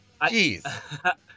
jeez